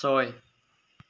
ছয়